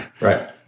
Right